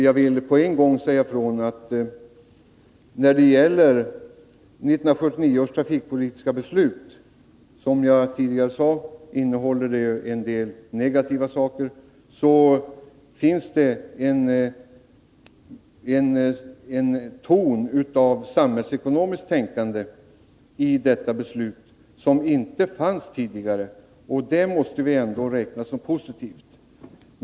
Jag vill på en gång säga ifrån att 1979 års trafikpolitiska beslut innehåller en del negativa saker, men det finns en ton av samhällsekonomiskt tänkande i detta beslut, som inte fanns tidigare. Det måste vi ändå räkna som positivt.